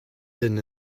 hyn